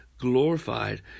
glorified